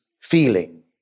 feeling